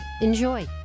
Enjoy